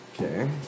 Okay